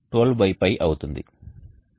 ఇది 2x12π అవుతుంది